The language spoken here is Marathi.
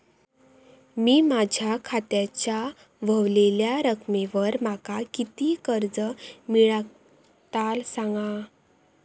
मी माझ्या खात्याच्या ऱ्हवलेल्या रकमेवर माका किती कर्ज मिळात ता सांगा?